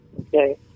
Okay